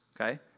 okay